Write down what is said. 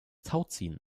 tauziehen